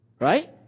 Right